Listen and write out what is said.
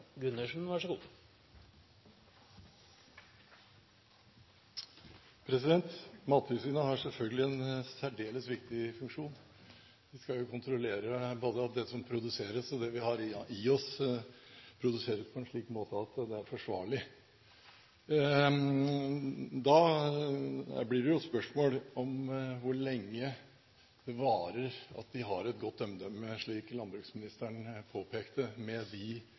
Mattilsynet har selvfølgelig en særdeles viktig funksjon. Det skal jo kontrollere både alt det som produseres, og at det vi får i oss, produseres på en slik måte at det er forsvarlig. Da blir det jo et spørsmål om hvor lenge det gode omdømmet de har – slik landbruksministeren pekte på – varer, med de